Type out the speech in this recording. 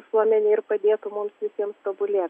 visuomenėj ir padėtų mums visiems tobulėt